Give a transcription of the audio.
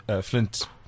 Flint